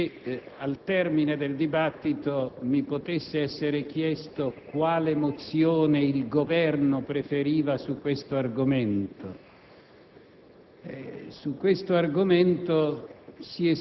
della pertinenza di questa sede, il Senato della Repubblica, nel valutare dall'interno le parole del discorso di un Pontefice),